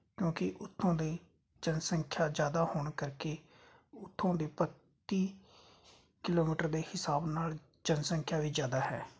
ਕਿਉਂਕਿ ਉੱਥੋਂ ਦੇ ਜਨਸੰਖਿਆ ਜ਼ਿਆਦਾ ਹੋਣ ਕਰਕੇ ਉੱਥੋਂ ਦੇ ਬੱਤੀ ਕਿਲੋਮੀਟਰ ਦੇ ਹਿਸਾਬ ਨਾਲ ਜਨਸੰਖਿਆ ਵੀ ਜ਼ਿਆਦਾ ਹੈ